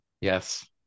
Yes